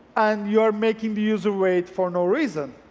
and you're making the user wait for no reason.